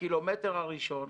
בקילומטר הראשון,